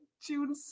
June